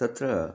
तत्र